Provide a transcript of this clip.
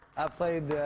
i played